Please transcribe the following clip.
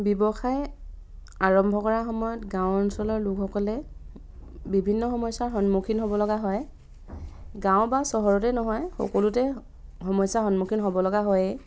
ব্যৱসায় আৰম্ভ কৰা সময়ত গাঁও অঞ্চলৰ লোকসকলে বিভিন্ন সমস্যাৰ সন্মুখীন হ'বলগীয়া হয় গাঁও বা চহৰতে নহয় সকলোতে সমস্যাৰ সন্মুখীন হ'বলগীয়া হয়েই